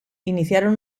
iniciaron